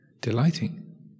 delighting